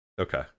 Okay